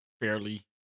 fairly